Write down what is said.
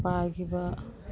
ꯄꯥꯏꯒꯤꯕ